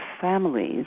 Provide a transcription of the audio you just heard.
families